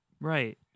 Right